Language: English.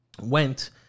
went